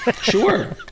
Sure